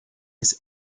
his